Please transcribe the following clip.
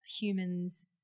humans